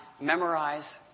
memorize